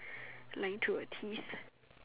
lying to a tees